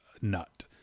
nut